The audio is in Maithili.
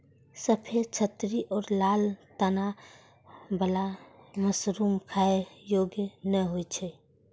सफेद छतरी आ लाल तना बला मशरूम खाइ योग्य नै होइ छै